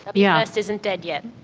ah yeah wfirst isn't dead yet.